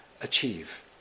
achieve